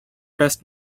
best